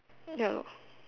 ya lah